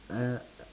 uh